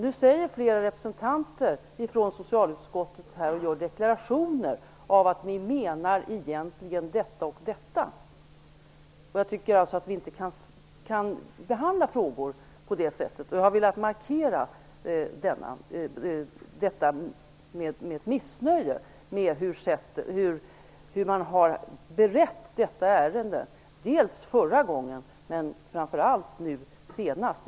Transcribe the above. Nu gör flera representanter för socialutskottet deklarationer av att de egentligen menar det och det. Jag tycker inte att vi kan behandla frågor på det sättet, och jag har velat markera detta missnöje med hur man har berett detta ärende, dels förra gången, dels och framför allt nu senast.